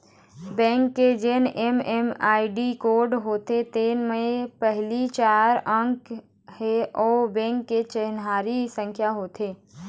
bank के जेन MMID code होथे तेन म के पहिली चार अंक ह ओ बेंक के चिन्हारी संख्या होथे